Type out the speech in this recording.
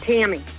Tammy